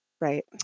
Right